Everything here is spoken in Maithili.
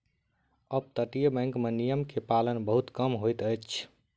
अपतटीय बैंक में नियम के पालन बहुत कम होइत अछि